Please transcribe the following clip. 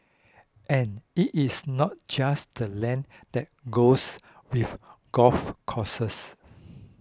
and it is not just the land that goes with golf courses